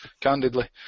candidly